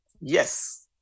Yes